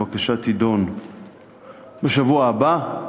הבקשה תידון בשבוע הבא,